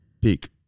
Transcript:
peak